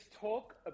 Talk